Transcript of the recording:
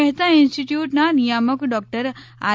મહેતા ઇન્સ્ટીટયુટના નિયામક doctor R